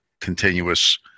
continuous